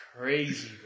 crazy